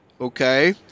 Okay